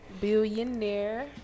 Billionaire